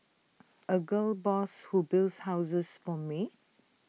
A gal boss who builds houses for me